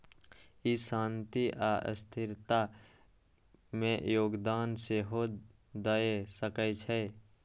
ई शांति आ स्थिरता मे योगदान सेहो दए सकै छै